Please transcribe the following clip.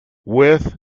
with